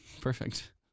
Perfect